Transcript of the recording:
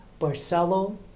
Barcelo